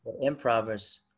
Improvers